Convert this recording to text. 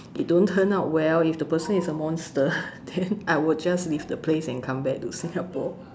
it don't turn out well if the person is a monster then I will just leave the place and come back to Singapore